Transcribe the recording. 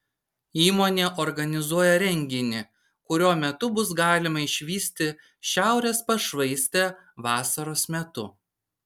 įmonė organizuoja renginį kurio metu bus galima išvysti šiaurės pašvaistę vasaros metu